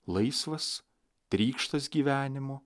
laisvas trykštąs gyvenimo